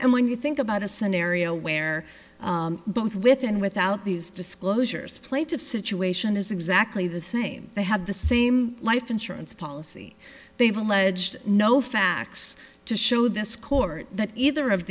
and when you think about a scenario where both within and without these disclosures plaintive situation is exactly the same they have the same life insurance policy they've alleged no facts to show this court that either of